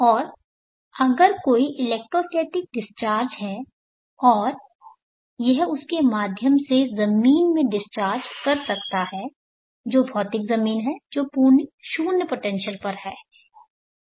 और अगर कोई इलेक्ट्रोस्टैटिक डिस्चार्ज है और यह उसके माध्यम से जमीन में डिस्चार्ज कर सकता है जो भौतिक जमीन है जो पूर्ण शून्य पोटेंशियल पर है